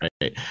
right